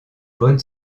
bonne